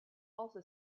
also